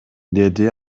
деди